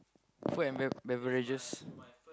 food and beve~ beverages